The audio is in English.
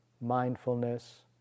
mindfulness